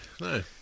no